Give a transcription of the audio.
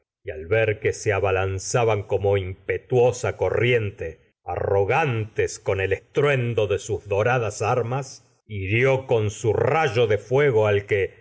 y al ver que se odia aba el bravatas de orgullosa lanzaban como impetuosa corriente arrogantes con armas estruendo de sus doradas hirió con su rayo de fuego al que